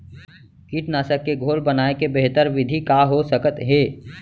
कीटनाशक के घोल बनाए के बेहतर विधि का हो सकत हे?